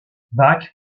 bach